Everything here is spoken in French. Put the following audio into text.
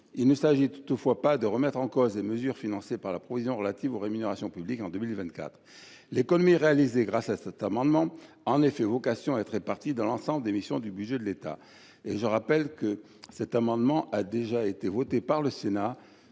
il ne s’agit pas de remettre en cause les mesures financées par la provision relative aux rémunérations publiques en 2024. L’économie réalisée grâce aux dispositions de cet amendement a en effet vocation à être répartie dans l’ensemble des missions du budget de l’État. Je rappelle que cet amendement a déjà été adopté par le Sénat